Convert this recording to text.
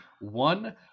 One